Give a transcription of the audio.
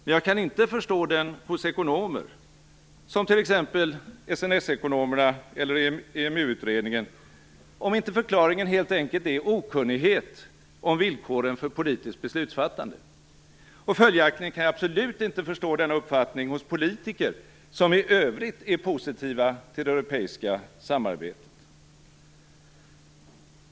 Men jag kan inte förstå den hos ekonomer, som t.ex. SNS ekonomerna eller EMU-utredningen - om inte förklaringen är okunnighet om villkoren för politiskt beslutsfattande. Och följaktligen kan jag absolut inte förstå denna uppfattning hos politiker som i övrigt är positiva till det europeiska samarbetet.